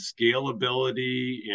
scalability